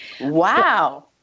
Wow